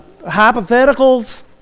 hypotheticals